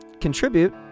contribute